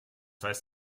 heißt